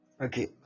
Okay